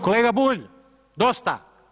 Kolega Bulj, dosta!